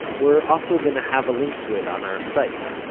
we're also going to have a link to it on our site.